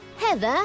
Heather